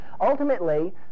ultimately